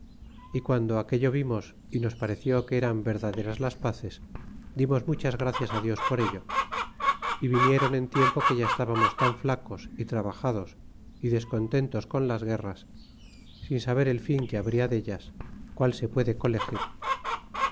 y guando aquello vimos y nos pareció que eran verdaderas las pazes dimos muchas gracias dios por ello y viniéron en tiempo que ya estábamos tan flacos y trabajados y descontentos con las guerras sin saber el fin que habria dellas qual se puede colegir